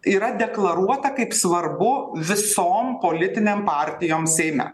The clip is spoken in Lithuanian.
yra deklaruota kaip svarbu visom politinėm partijom seime